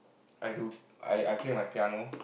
I do I play my piano